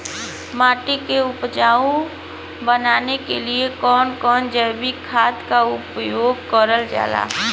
माटी के उपजाऊ बनाने के लिए कौन कौन जैविक खाद का प्रयोग करल जाला?